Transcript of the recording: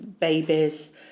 babies